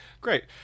great